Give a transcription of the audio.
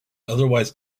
otherwise